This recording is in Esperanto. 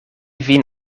vin